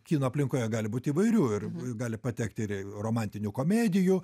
kino aplinkoje gali būti įvairių ir gali patekti ir romantinių komedijų